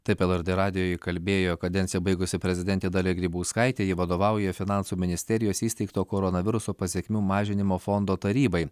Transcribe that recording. taip lrt radijui kalbėjo kadenciją baigusi prezidentė dalia grybauskaitė ji vadovauja finansų ministerijos įsteigto koronaviruso pasekmių mažinimo fondo tarybai